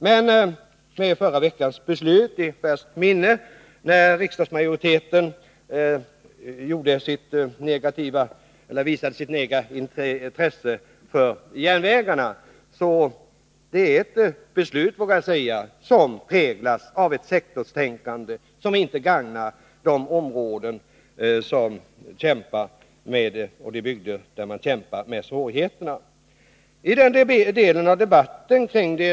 Men vi har förra veckans beslut i färskt minne — då riksdagsmajoriteten visade sitt negativa intresse för järnvägarna. Det är ett beslut, vågar jag säga, som präglas av ett sektorstänkande som inte gagnar de områden och de bygder där man kämpar med svårigheterna.